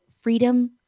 Freedom